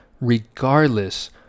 regardless